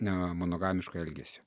nemonogamiško elgesio